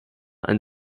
ein